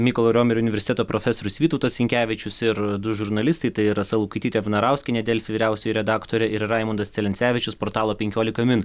mykolo romerio universiteto profesorius vytautas sinkevičius ir du žurnalistai tai rasa lukaitytė vanarauskienė delfi vyriausioji redaktorė ir raimundas celencevičius portalo penkiolika min